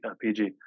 pg